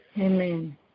Amen